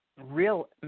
real